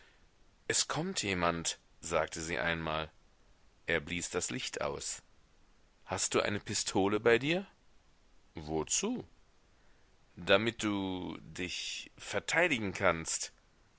es kommt jemand sagte sie einmal er blies das licht aus hast du eine pistole bei dir wozu damit du dich verteidigen kannst